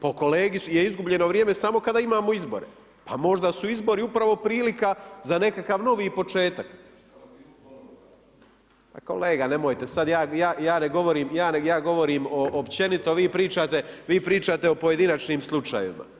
Po kolegi je izgubljeno vrijeme samo kada imamo izbore, pa možda su izbori upravo prilika za nekakav novi početak. … [[Upadica se ne razumije.]] Pa kolega nemojte sada, ja govorim općenito, vi pričate o pojedinačnim slučajevima.